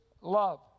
love